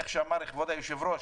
כמו שאמר כבוד היושב-ראש,